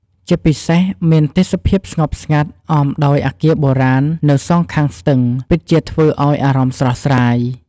ជាពិសេសមានទេសភាពស្ងប់ស្ងាត់អមដោយអគារបុរាណនៅសងខាងស្ទឹង ពិតជាធ្វើឱ្យអារម្មណ៍ស្រស់ស្រាយ។